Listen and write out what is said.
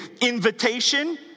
Invitation